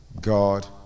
God